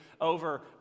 over